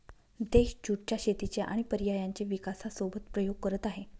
देश ज्युट च्या शेतीचे आणि पर्यायांचे विकासासोबत प्रयोग करत आहे